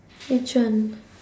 which one